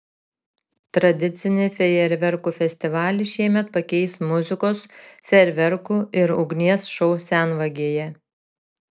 tradicinį fejerverkų festivalį šiemet pakeis muzikos fejerverkų ir ugnies šou senvagėje